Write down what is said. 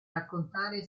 raccontare